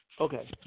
Okay